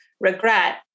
regret